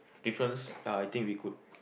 difference uh I think we could